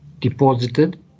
deposited